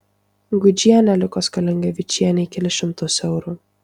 gudžienė liko skolinga vičienei kelis šimtus eurų